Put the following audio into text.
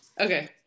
Okay